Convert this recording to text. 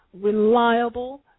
reliable